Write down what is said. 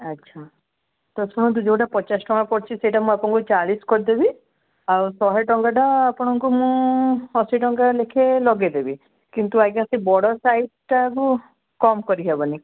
ଆଚ୍ଛା ତ ଶୁଣନ୍ତୁ ଯେଉଁଟା ପଚାଶ ଟଙ୍କା ପଡ଼ିଛିି ସେଇଟା ମୁଁ ଆପଣଙ୍କୁ ଚାଳିଶ କରିଦେବି ଆଉ ଶହେ ଟଙ୍କାଟା ଆପଣଙ୍କୁ ମୁଁ ଅଶୀ ଟଙ୍କା ଲେଖେ ଲଗାଇଦେବି କିନ୍ତୁ ଆଜ୍ଞା ସେ ବଡ଼ ସାଇଜ୍ଟାକୁ କମ୍ କରିହେବନି